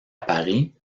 paris